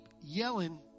yelling